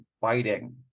fighting